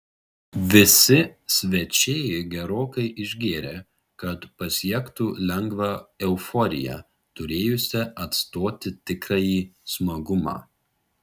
visi svečiai gerokai išgėrė kad pasiektų lengvą euforiją turėjusią atstoti tikrąjį smagumą